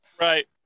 Right